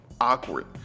awkward